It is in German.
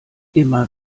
immer